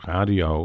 Radio